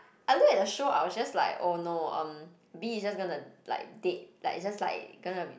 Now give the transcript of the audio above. I look at the show I was just like oh no um B is just gonna like date like is just like gonna be